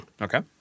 Okay